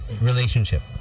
relationship